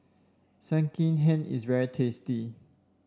Sekihan is very tasty